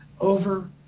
over